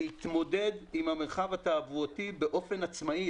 להתמודד עם המרחב התעבורתי באופן עצמאי.